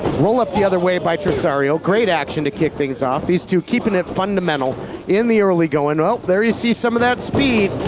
roll up the other way by tresario. great action to kick things off. these two keeping it fundamental in the early going. there you see some of that speed.